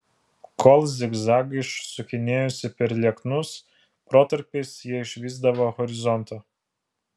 kol zigzagais sukinėjosi per lieknus protarpiais jie išvysdavo horizontą